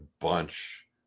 bunch